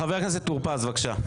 חבר הכנסת טור פז, בבקשה.